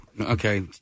Okay